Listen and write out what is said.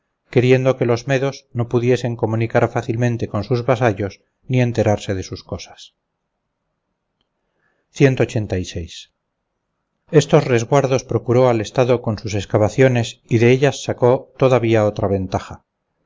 queriendo que los medos no pudiesen comunicar fácilmente con sus vasallos ni enterarse de sus cosas estos resguardos procuró al estado con sus excavaciones y de ellas sacó todavía otra ventaja